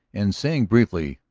and, saying briefly,